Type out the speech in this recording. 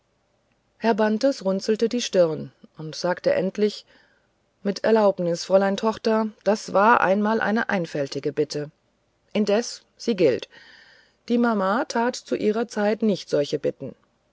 herr bantes runzelte die stirn und sagte endlich mit erlaubnis fräulein tochter das war einmal eine einfältige bitte indes sie gilt die mama tat zu ihrer zeit nicht solche bitten